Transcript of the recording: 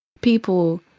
people